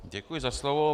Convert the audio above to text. Děkuji za slovo.